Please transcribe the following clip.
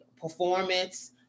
performance